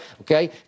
Okay